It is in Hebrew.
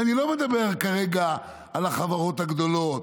ואני לא מדבר כרגע על החברות הגדולות.